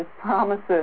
promises